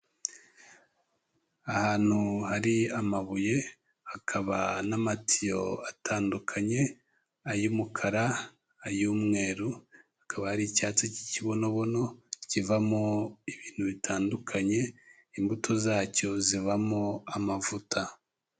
Ahantu hari amabuye, hakaba n'amatiyo atandukanye, ay'umukara, ay'umweru, akaba ari icyatsi cy'ikibonobono kivamo ibintu bitandukanye, imbuto zacyo zivamo amavuta.